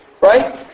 right